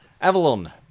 Avalon